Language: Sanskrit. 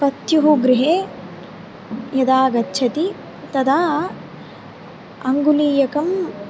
पत्युः गृहे यदा गच्छति तदा अङ्गुलीयकम्